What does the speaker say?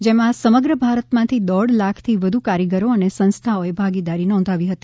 જેમાં સમગ્ર ભારતમાંથી દોઢ લાખથી વધુ કારીગરો અને સંસ્થાઓએ ભાગીદારી નોંધાવી હતી